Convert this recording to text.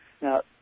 Now